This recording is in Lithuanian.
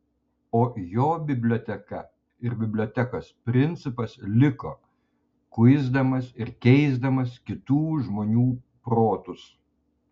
o jo biblioteka ir bibliotekos principas liko kuisdamas ir keisdamas kitų žmonių protus